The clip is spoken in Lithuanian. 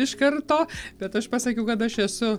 iš karto bet aš pasakiau kad aš esu